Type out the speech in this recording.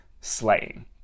slaying